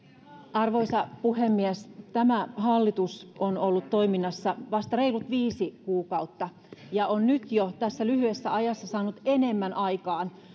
arvoisa puhemies tämä hallitus on ollut toiminnassa vasta reilut viisi kuukautta ja on nyt jo tässä lyhyessä ajassa saanut aikaan